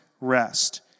rest